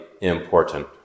important